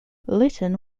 lytton